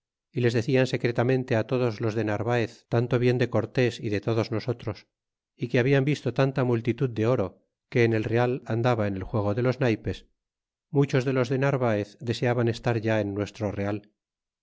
y les decian secretamente todos los de n arvaez tanto bien de cortés é de todos nosotros é que hablan visto tanta multitud de oro que en el real andaba en el juego de los naypes muchos de los de narvaez deseaban estar ya en nuestro real